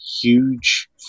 huge